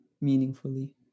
meaningfully